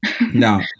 No